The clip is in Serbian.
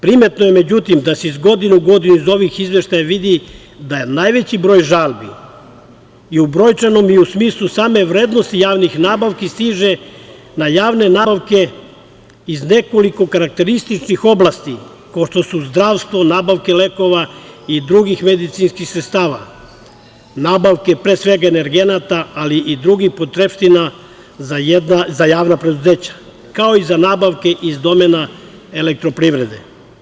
Primetno je, međutim, da se iz godine u godinu iz ovih izveštaja vidi da najveći broj žalbi, i u brojčanom i u smislu same vrednosti javnih nabavki, stiže na javne nabavke iz nekoliko karakterističnih oblasti, kao što su zdravstvo, nabavke lekova i drugih medicinskih sredstava, nabavke pre svega energenata, ali i drugih potrepština za javna preduzeća, kao i za nabavke iz domena elektroprivrede.